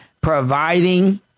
providing